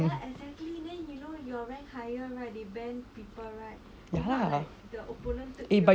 ya